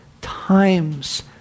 times